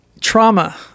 trauma